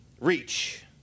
reach